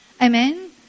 Amen